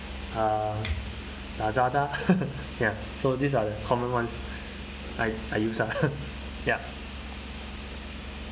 uh lazada ya so these are the common ones I I use lah ya